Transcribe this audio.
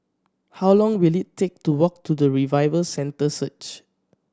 how long will it take to walk to the Revival Centre Search